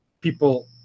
people